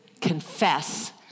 confess